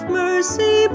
mercy